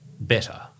better